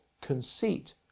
Conceit